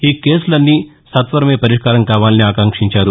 ఈ కేసులన్ని సత్వరమే పరిష్కారం కావాలని ఆకాంక్షించారు